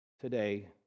today